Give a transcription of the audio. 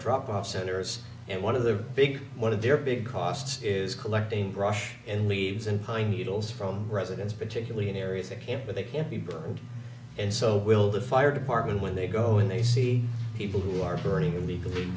drop off centers and one of the big one of their big costs is collecting brush and leaves and pine needles from residents particularly in areas that can't but they can be burned and so will the fire department when they go in they see people who are burning illegally because they